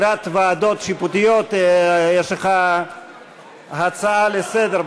שיפוטיות, יש לך הצעה לסדר.